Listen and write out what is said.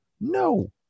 no